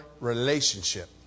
relationship